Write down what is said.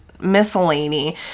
Miscellany